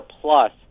plus